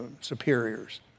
superiors